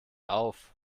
auf